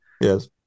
yes